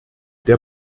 der